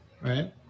right